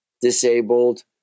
disabled